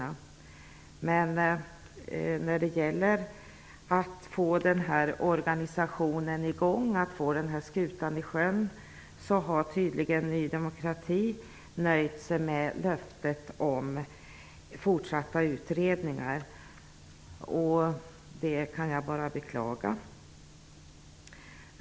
När det gäller att få den här organisationen i gång, att få den här skutan i sjön, har tydligen Ny demokrati nöjt sig med löftet om fortsatta utredningar, och det kan jag bara beklaga.